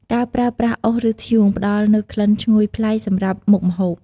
ការប្រើប្រាស់អុស ឬធ្យូង ផ្ដល់នូវក្លិនឈ្ងុយប្លែកសម្រាប់មុខម្ហូប។